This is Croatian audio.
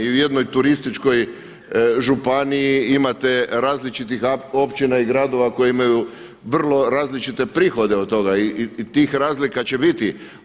U jednoj turističkoj županiji imate različitih općina i gradova koji imaju vrlo različite prihode od toga i tih razlika će biti.